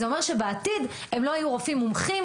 זה אומר שבעתיד הם לא יהיו רופאים מומחים